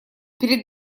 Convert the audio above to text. перед